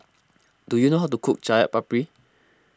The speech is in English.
do you know how to cook Chaat Papri